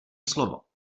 slovo